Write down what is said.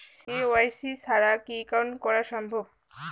KYC ছাড়া কি account করা সম্ভব?